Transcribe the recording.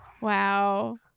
Wow